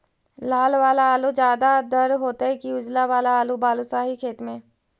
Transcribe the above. लाल वाला आलू ज्यादा दर होतै कि उजला वाला आलू बालुसाही खेत में?